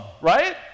right